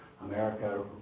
America